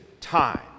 time